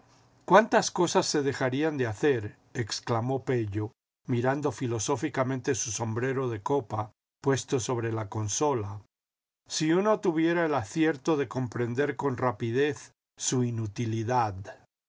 cuántas cosas se dejarían de hacer exclamó pello mirando filosóficamente su sombrero de copa puesto sobre la consola si uno tuviera el acierto ú comprender con rapidez su inutilidadl